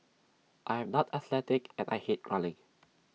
I am not athletic and I hate running